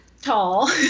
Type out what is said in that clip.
Tall